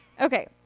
okay